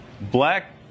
black